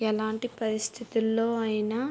ఎలాంటి పరిస్థితుల్లో అయినా